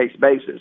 basis